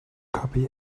copy